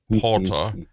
Porter